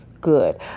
good